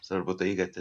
svarbu tai kad